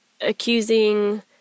accusing